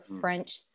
French